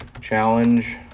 challenge